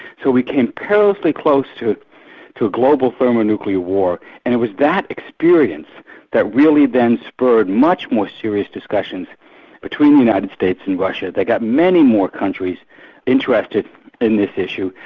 so we came perilously close to to global thermonuclear war and it was that experience that really then spurred much more serious discussions between the united states and russia that got many more countries interested in this issue,